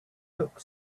look